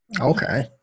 Okay